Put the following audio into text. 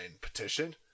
petition